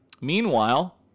Meanwhile